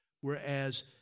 whereas